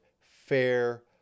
fair